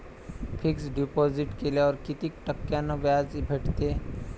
Fix deposit केल्यावर कितीक टक्क्यान व्याज भेटते?